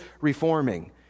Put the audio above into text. reforming